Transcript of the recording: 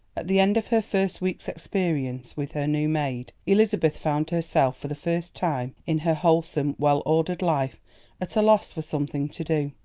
the end of her first week's experience with her new maid elizabeth found herself for the first time in her wholesome, well-ordered life at a loss for something to do.